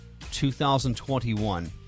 2021